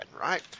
right